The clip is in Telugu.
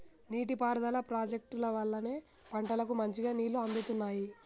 నీటి పారుదల ప్రాజెక్టుల వల్లనే పంటలకు మంచిగా నీళ్లు అందుతున్నాయి